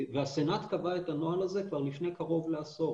והסנאט קבע את הנוהל הזה כבר לפני קרוב לעשור.